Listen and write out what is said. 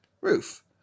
roof